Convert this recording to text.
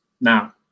now